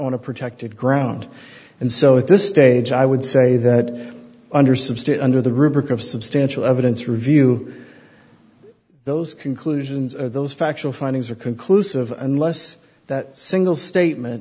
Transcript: on a protected ground and so at this stage i would say that under some state under the rubric of substantial evidence review those conclusions or those factual findings are conclusive unless that single statement